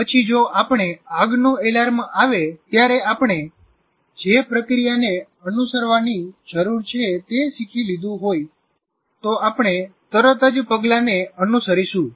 પછી જો આપણે આગનું એલાર્મ આવે ત્યારે આપણે જે પ્રક્રિયાને અનુસરવાની જરૂર છે તે શીખી લીધું હોય તો આપણે તરત જ પગલાંને અનુસરીશું